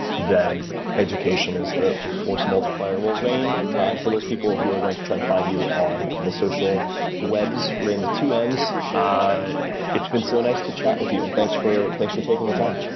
then education is the the force multiplier. rainn, and for those people who are going to try to find you on the social webs, rainn with two and ns, ah it's been so nice to chat with you and thanks for thanks for taking the time.